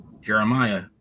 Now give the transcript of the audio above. Jeremiah